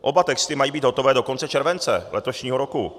Oba texty mají být hotové do konce července letošního roku.